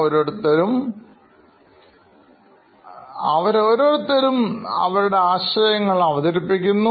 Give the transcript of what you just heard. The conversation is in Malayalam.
ഓരോരുത്തരും അവരുടെ ആശയങ്ങൾ അവതരിപ്പിക്കുന്നു